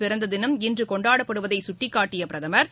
பிறந்ததினம் இன்றுகொண்டாடப்படுவதைச் சுட்டிக்காட்டியபிரதமா் சர்